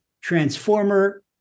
transformer